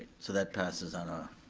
so that passes on a,